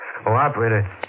operator